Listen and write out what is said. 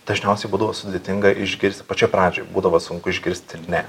dažniausiai būdavo sudėtinga išgirsti pačioj pradžioj būdavo sunku išgirsti ne